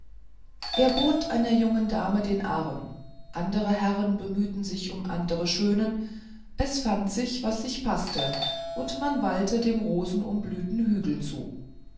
er bot einer jungen dame den arm andere herren bemühten sich um andere schönen es fand sich was sich paßte und man wallte dem rosenumblühten hügel zu